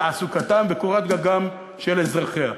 תעסוקתם וקורת גגם של אזרחיה,